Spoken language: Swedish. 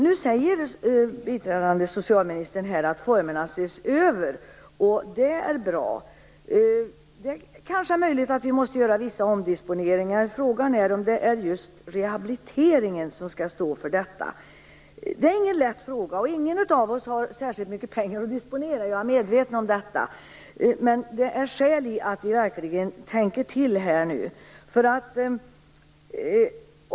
Nu säger biträdande socialministern här att formerna ses över. Det är bra. Det är kanske möjligt att vi måste göra vissa omdisponeringar. Frågan är om det är just rehabiliteringen som skall stå för detta. Det är ingen lätt fråga. Ingen av oss har särskilt mycket pengar att disponera. Jag är medveten om det. Men det finns skäl att vi verkligen tänker till nu.